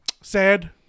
sad